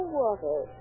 water